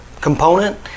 component